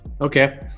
Okay